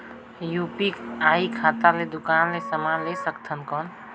UPI खाता ले दुकान ले समान ले सकथन कौन?